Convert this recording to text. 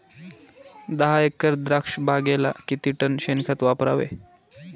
दहा एकर द्राक्षबागेला किती टन शेणखत वापरावे?